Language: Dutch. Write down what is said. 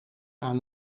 aan